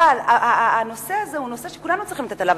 אבל הנושא הזה הוא נושא שכולנו צריכים לתת עליו